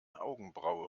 augenbraue